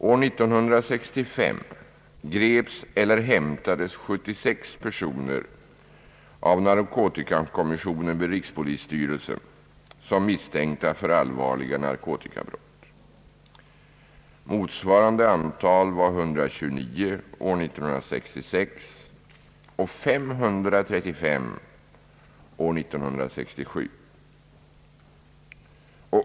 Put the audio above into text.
År 1965 greps eller hämtades 76 personer av narkotikakommissionen vid rikspolisstyrelsen som misstänkta för allvarliga narkotikabrott. Motsvarande antal var 129 år 1966 och 535 år 1967.